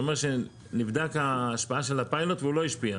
הוא אומר שנבדקה ההשפעה של הפיילוט והוא לא השפיע.